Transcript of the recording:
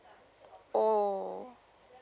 oh